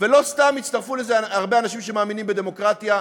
ולא סתם הצטרפו לזה הרבה אנשים שמאמינים בדמוקרטיה,